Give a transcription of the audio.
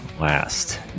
last